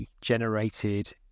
generated